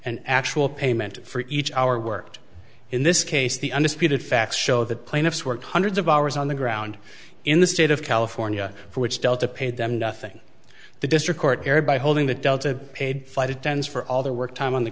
and actual payment for each hour worked in this case the undisputed facts show that plaintiffs worked hundreds of hours on the ground in the state of california for which delta paid them nothing the district court care by holding the delta paid flight attends for all their work time on the